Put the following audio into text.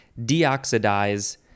Deoxidize